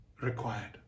required